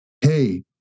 hey